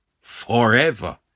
forever